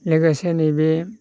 लोगोसे नैबे